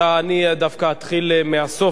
אני דווקא אתחיל מהסוף.